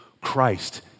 Christ